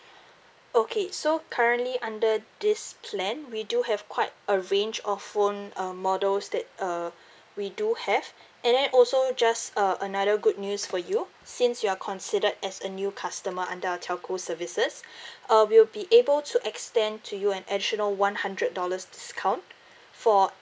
okay so currently under this plan we do have quite a range of phone um models that uh we do have and then also just uh another good news for you since you're considered as a new customer under our telco services uh we'll be able to extend to you an additional one hundred dollars discount for